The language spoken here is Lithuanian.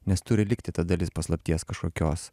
nes turi likti ta dalis paslapties kažkokios